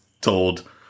told